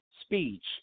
speech